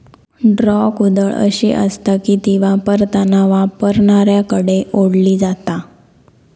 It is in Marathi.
ड्रॉ कुदळ अशी आसता की ती वापरताना वापरणाऱ्याकडे ओढली जाता